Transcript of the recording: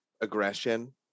aggression